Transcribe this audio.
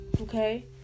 okay